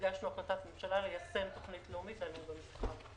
הגשנו החלטת ממשלה ליישם תוכנית לאומית לאלימות במשפחה.